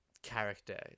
character